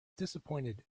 disappointed